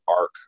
arc